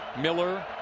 Miller